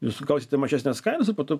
jūs gausite mažesnes kainas ir po to